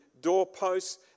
doorposts